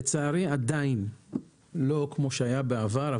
לצערי עדיין לא כמו שהיה בעבר,